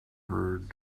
heard